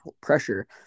pressure